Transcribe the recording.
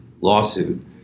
lawsuit